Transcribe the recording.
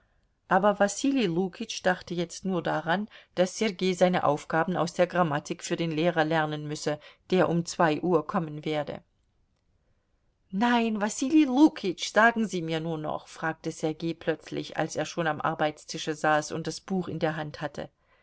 aber wasili lukitsch dachte jetzt nur daran daß sergei seine aufgaben aus der grammatik für den lehrer lernen müsse der um zwei uhr kommen werde nein wasili lukitsch sagen sie mir nur noch fragte sergei plötzlich als er schon am arbeitstische saß und das buch in der hand hatte